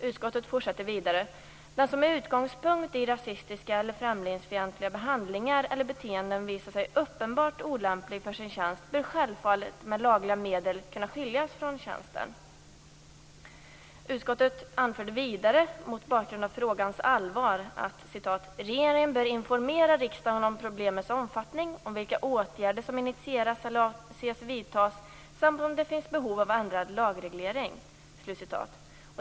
Utskottet fortsätter vidare: Den som med utgångspunkt i rasistiska eller främlingsfientliga handlingar eller beteenden visar sig uppenbart olämplig för sin tjänst bör självfallet med lagliga medel kunna skiljas från tjänsten. Utskottet anförde vidare, mot bakgrund av frågans allvar, att regeringen bör informera riksdagen om problemets omfattning, om vilka åtgärder som initieras eller avses vidtas samt om det finns behov av annan lagreglering.